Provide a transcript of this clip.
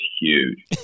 huge